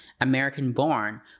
American-born